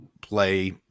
play